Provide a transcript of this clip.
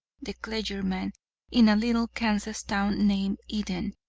the clergyman, in a little kansas town named eden.